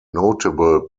notable